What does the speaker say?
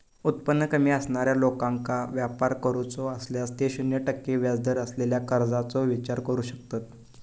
उत्पन्न कमी असणाऱ्या लोकांका व्यापार करूचो असल्यास ते शून्य टक्के व्याजदर असलेल्या कर्जाचो विचार करू शकतत